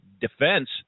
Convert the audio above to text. defense